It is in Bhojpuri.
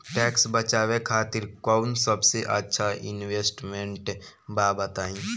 टैक्स बचावे खातिर कऊन सबसे अच्छा इन्वेस्टमेंट बा बताई?